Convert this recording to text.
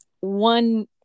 one-